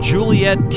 Juliet